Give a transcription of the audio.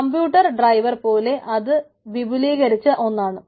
computer driver പോലെ അത് വിപുലീകരിച്ച ഒന്നാണ്